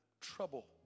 trouble